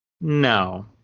No